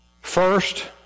First